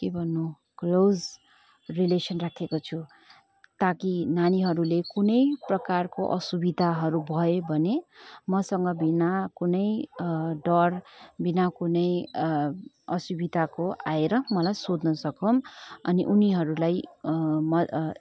के भन्नु close relation राखेको छु ताकि नानीहरूले कुनै प्रकारको असुविधाहरू भए भने मसँग बिना कुनै डर बिना कुनै असुविधाको आएर मलाई सोध्न सकून् अनि उनीहरूलाई